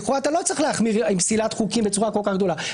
לכאורה אתה לא צריך להחמיר עם פסילת חוקים בצורה כל כך גדולה.